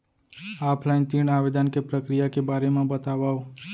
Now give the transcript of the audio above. Offline ऋण आवेदन के प्रक्रिया के बारे म बतावव?